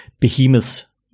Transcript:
behemoths